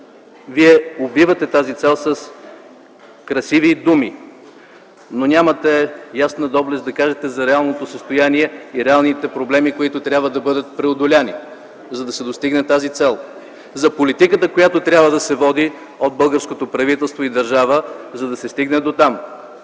вие обвивате тази цел с красиви думи, но нямате ясна доблест да кажете за реалното състояние и проблеми, които трябва да бъдат преодолени за постигането на тази цел, за политиката, която трябва да се води от българското правителство и държава, за да се стигне дотам.